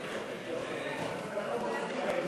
ההצעה